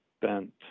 bent